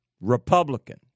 Republican